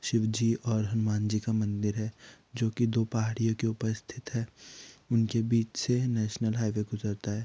शिव जी और हनुमान जी का मंदिर है जो कि दो पहाड़ियों के ऊपर स्थित है उनके बीच से नेसनल हाइवे गुजरता है